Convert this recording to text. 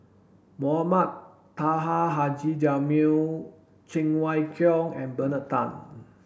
Mohamed Taha Haji Jamil Cheng Wai Keung and Bernard Tan